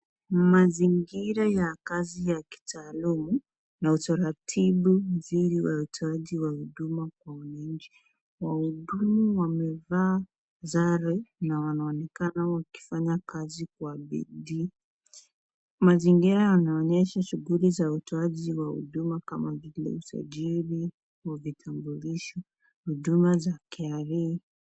Mazingira ya kazi ya kitaalumu na utaratibu mzuri wa watoaji wa huduma kwa wananchi. Wahudumu wamevaa sare na wanonekana wakifanya kazi kwa bidii. Mazingira yanaonyesha shughuli za utoaji wa huduma kama vile usajili wa vitambulisho, huduma za KRA.